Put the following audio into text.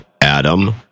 adam